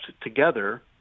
together